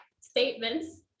statements